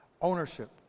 ownership